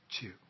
two